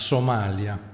Somalia